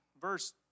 verse